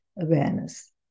awareness